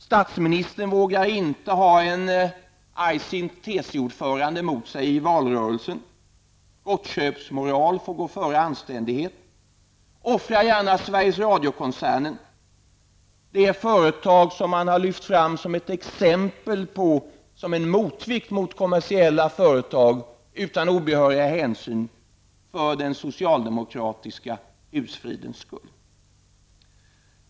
Statsministern vågar inte ha en argsint Gottköpsmoral får gå före anständighet. Man offrar gärna Sveriges Radio-koncernen -- det företag som har lyfts fram som ett exempel på en motvikt, utan obehöriga hänsyn, mot kommersiella företag -- för den socialdemokratiska husfridens skull.